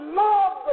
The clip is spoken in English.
love